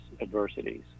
adversities